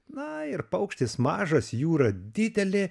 na ir paukštis mažas jūra didelė